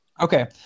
Okay